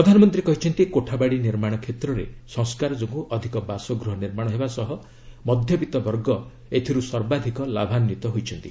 ପ୍ରଧାନମନ୍ତ୍ରୀ କହିଛନ୍ତି କୋଠାବାଡ଼ି ନିର୍ମାଣ କ୍ଷେତ୍ରରେ ସଂସ୍କାର ଯୋଗୁଁ ଅଧିକ ବାସଗୃହ ନିର୍ମାଣ ହେବା ସହ ମଧ୍ୟବିତ୍ତ ବର୍ଗ ଏଥିରୁ ସର୍ବାଧିକ ଲାଭାନ୍ୱିତ ହୋଇଛନ୍ତି